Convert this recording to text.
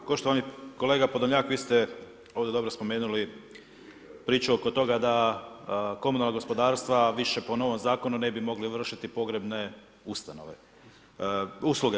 A poštovani kolega Podolnjak, vi ste ovdje dobro spomenuli priču oko toga da komunalna gospodarstva više po novom zakonu ne bi mogli vršiti pogrebne usluge.